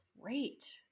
great